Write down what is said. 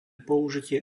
použitie